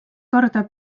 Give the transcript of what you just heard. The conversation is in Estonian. korda